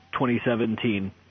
2017